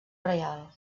reial